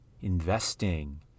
investing